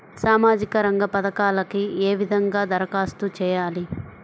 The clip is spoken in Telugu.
సామాజిక రంగ పథకాలకీ ఏ విధంగా ధరఖాస్తు చేయాలి?